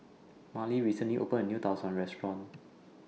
Marley recently opened A New Tau Suan Restaurant